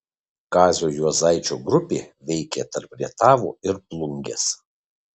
kazio juozaičio grupė veikė tarp rietavo ir plungės